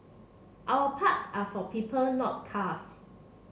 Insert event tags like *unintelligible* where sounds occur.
our parks are for *unintelligible* not cars